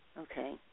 Okay